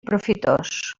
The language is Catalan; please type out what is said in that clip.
profitós